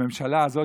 הממשלה הזאת,